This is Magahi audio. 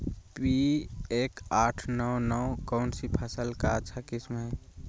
पी एक आठ नौ नौ कौन सी फसल का अच्छा किस्म हैं?